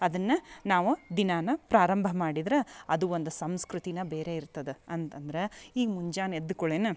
ಅದನ್ನ ನಾವು ದಿನಾನ ಪ್ರಾರಂಭ ಮಾಡಿದ್ರ ಅದು ಒಂದು ಸಂಸ್ಕೃತಿನ ಬೇರೆ ಇರ್ತದ ಅಂತಂದ್ರ ಈಗ ಮುಂಜಾನೆ ಎದ್ದ ಕುಳೆನ